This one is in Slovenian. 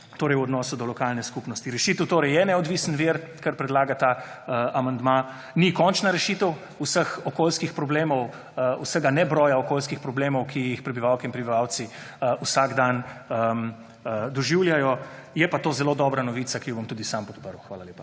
praks v odnosu do lokalne skupnosti. Rešitev je torej neodvisen vir, kar predlaga ta amandma, ni končna rešitev vseh okoljskih problemov, vsega nebroja okoljskih problemov, ki jih prebivalke in prebivalci vsak dan doživljajo, je pa to zelo dobra novica, ki jo bom tudi sam podprl. Hvala lepa.